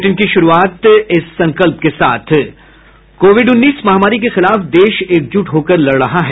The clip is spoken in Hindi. बुलेटिन की शुरूआत से पहले ये संकल्प कोविड उन्नीस महामारी के खिलाफ देश एकजुट होकर लड़ रहा है